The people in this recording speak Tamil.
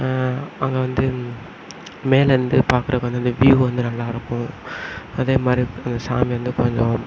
அங்கே வந்து மேலிருந்து பார்க்கறக்கு வந்து அந்த வியூ வந்து நல்லா இருக்கும் அதே மாதிரி அந்த சாமி வந்து கொஞ்சம்